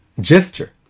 gesture